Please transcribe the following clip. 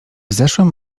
zeszłym